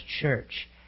church